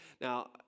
Now